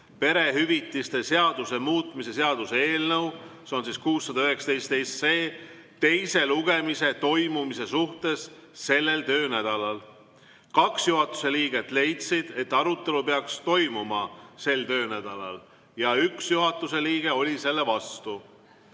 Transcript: perehüvitiste seaduse muutmise seaduse eelnõu 619 teise lugemise toimumise suhtes sellel töönädalal. Kaks juhatuse liiget leidsid, et arutelu peaks toimuma sel töönädalal, ja üks juhatuse liige oli selle vastu.